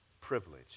privilege